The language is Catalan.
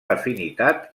afinitat